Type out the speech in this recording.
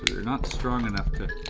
they're not strong enough to,